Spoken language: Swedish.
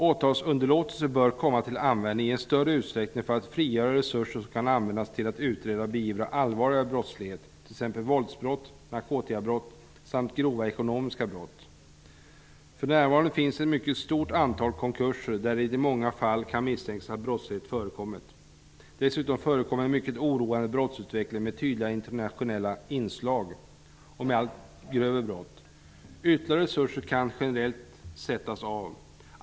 Åtalsunderlåtelse bör komma till användning i större utsträckning för att man skall kunna frigöra resuser som kan användas för utredning och beivrande av allvarlig brottslighet, t.ex. våldsbrott, narkotikabrott och grova ekonomiska brott. För närvarande finns det ett mycket stort antal konkurser där man i många fall kan misstänka att det har förekommit brottslighet. Dessutom sker det en mycket oroande brottsutveckling med tydliga internationella inslag och med allt grövre brott. Ytterligare resurser kan generellt avsättas.